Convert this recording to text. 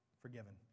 Forgiven